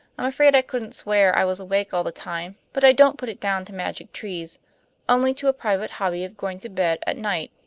i'm afraid i couldn't swear i was awake all the time but i don't put it down to magic trees only to a private hobby of going to bed at night.